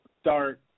start